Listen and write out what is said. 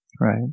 Right